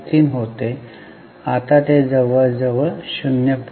03 होते आता ते जवळजवळ 0